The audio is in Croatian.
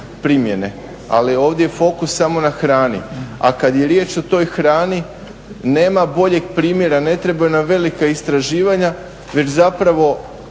primjene, ali ovdje je fokus samo na hrani. A kada je riječ o toj hrani, nema boljeg primjera, ne treba nam velika istraživanja već zapravo